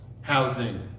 housing